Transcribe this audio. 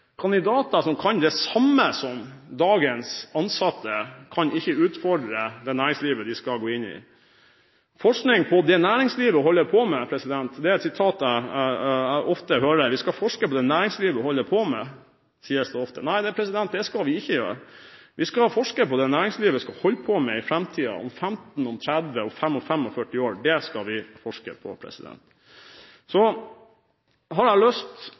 Kandidater som kan det samme som dagens ansatte, kan ikke utfordre det næringslivet de skal gå inn i. Vi skal forske på det næringslivet holder på med, sies det ofte. Nei, det skal vi ikke gjøre. Vi skal forske på det næringslivet skal holde på med i framtiden, om 15 år, 30 år, 45 år – det skal vi forske på. Noen av disse debattene om forskning ender ofte opp med å handle om New Public Management, så jeg har lyst